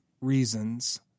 reasons